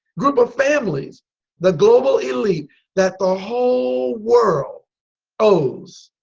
group of families the global elite that the whole world owes.